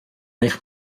eich